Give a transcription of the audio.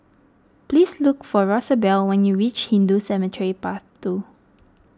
please look for Rosabelle when you reach Hindu Cemetery Path two